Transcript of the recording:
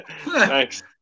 Thanks